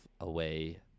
away